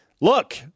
Look